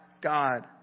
God